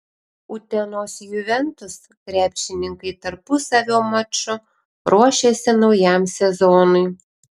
utenos juventus krepšininkai tarpusavio maču ruošiasi naujam sezonui